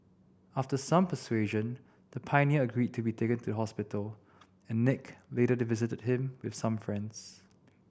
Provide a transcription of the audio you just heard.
after some persuasion the pioneer agreed to be taken to hospital and Nick later visited him with some friends